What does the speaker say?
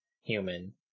human